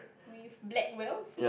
with black wheels